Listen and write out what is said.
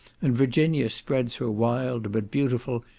and virginia spreads her wild, but beautiful,